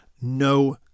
No